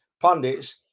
pundits